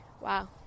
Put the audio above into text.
wow